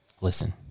listen